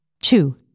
Two